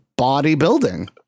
bodybuilding